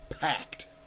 packed